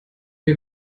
mir